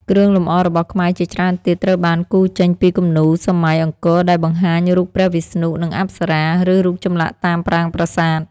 គ្រឿងលម្អរបស់ខ្មែរជាច្រើនទៀតត្រូវបានគូរចេញពីគំនូរសម័យអង្គរដែលបង្ហាញរូបព្រះវិស្ណុ និងអប្សរាឬរូបចម្លាក់តាមប្រាង្គប្រាសាទ។